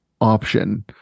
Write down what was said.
option